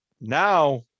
now